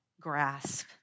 grasp